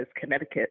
Connecticut